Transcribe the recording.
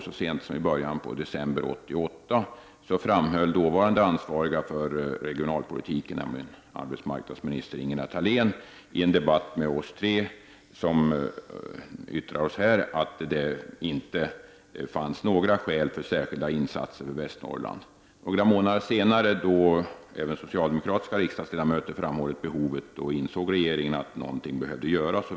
Så sent som i början av december 1988 framhöll dåvarande ansvarig för regionalpolitiken, nämligen arbetsmarknadsminister Ingela Thalén, i en debatt med oss tre ledamöter som nu yttrar oss här, att det inte förelåg några skäl för särskilda insatser i Västernorrland. Några månader senare, då även socialdemokratiska riksdagsledamöter framhållit behovet av åtgärder, insåg regeringen att någonting behövde göras.